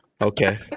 Okay